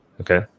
okay